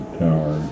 tower